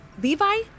Levi